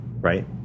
right